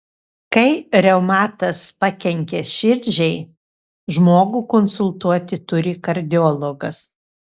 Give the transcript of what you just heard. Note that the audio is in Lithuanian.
kai reumatas pakenkia širdžiai žmogų konsultuoti turi kardiologas